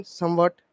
somewhat